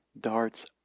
darts